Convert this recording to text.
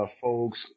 folks